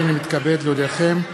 הנני מתכבד להודיעכם,